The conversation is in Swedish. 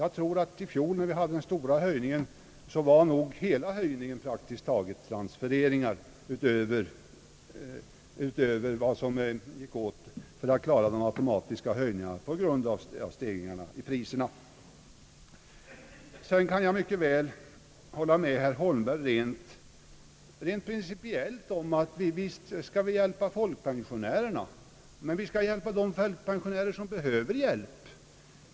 Den stora höjningen i fjol berodde nog praktiskt taget helt och hållet på transfereringar utöver vad som gick åt för att klara de automatiska höjningarna på grund av prisstegringarna. Sedan kan jag mycket väl hålla med herr Holmberg rent principiellt om att vi skall hjälpa folkpensionärerna. Men vi skall hjälpa de folkpensionärer som behöver hjälp.